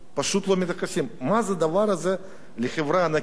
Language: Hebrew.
מה זה הדבר הזה לחברה ענקית מס 3%?